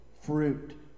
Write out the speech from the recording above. fruit